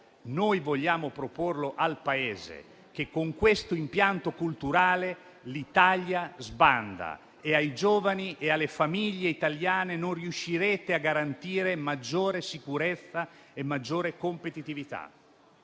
Noi vogliamo proporlo al Paese, perché con questo impianto culturale l'Italia sbanda e ai giovani e alle famiglie italiane non riuscirete a garantire maggiore sicurezza e maggiore competitività.